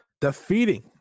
defeating